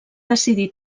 decidir